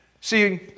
See